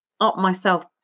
up-myself